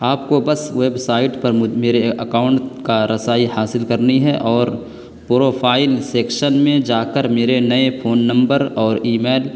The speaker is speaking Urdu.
آپ کو بس ویبسائٹ پر میرے اکاؤنٹ کا رسائی حاصل کرنی ہے اور پروفائل سیکشن میں جا کر میرے نئے فون نمبر اور ای میل